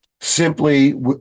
simply